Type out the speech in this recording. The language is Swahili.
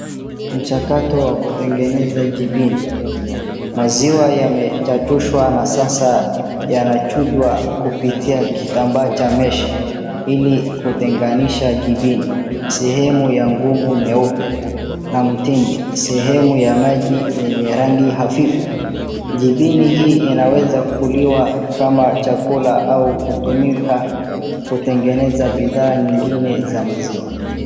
Mchakato wa kutengeneza jibini, maziwa yamechachushwa na sasa yanachungwa kupita kitambaa cha meshi ili kutenganisha jibini, sehemu ya ngumu nyeupe na mtindi sehemu ya maji yenye rangi hafifu, jibini hii inaweza kuliwa kama kula au kutumika kutngeneza bidhaa zingine za maziwa.